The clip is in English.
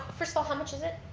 first of all, how much is it?